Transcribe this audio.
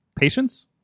patience